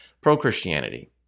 Pro-Christianity